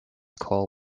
coal